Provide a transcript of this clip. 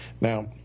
Now